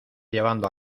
llevando